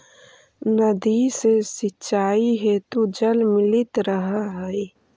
नदी से सिंचाई हेतु जल मिलित रहऽ हइ